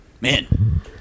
Man